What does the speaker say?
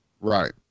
Right